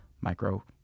micro